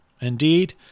Indeed